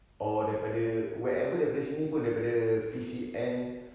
or daripada wherever daripada sini pun daripada P_C_N